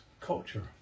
culture